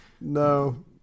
No